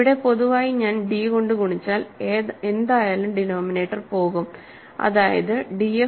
ഇവിടെ പൊതുവായി ഞാൻ d കൊണ്ട് ഗുണിച്ചാൽ എന്തായാലും ഡിനോമിനേറ്റർ പോകുംഅതായത് df ഈക്വൽ റ്റു f 1ഇൻ Z X